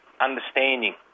Understanding